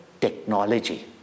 technology